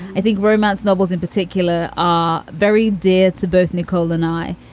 i think romance novels in particular are very dear to both nicole and i,